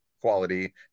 quality